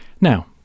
Now